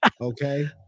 Okay